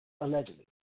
allegedly